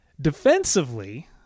Defensively